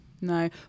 no